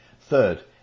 Third